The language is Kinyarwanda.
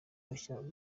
bashaka